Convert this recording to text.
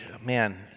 man